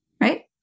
Right